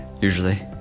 usually